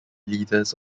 leaders